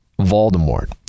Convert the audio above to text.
Voldemort